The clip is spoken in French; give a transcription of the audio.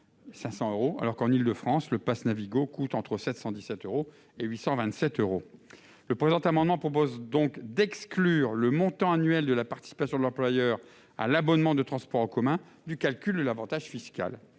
salarié, alors qu'en Île-de-France le pass Navigo coûte entre 717 euros et 827 euros. Par le présent amendement, nous proposons donc d'exclure le montant annuel de la participation de l'employeur à l'abonnement de transports en commun du calcul de l'avantage fiscal.